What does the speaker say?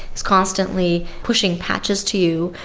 it's constantly pushing patches to you.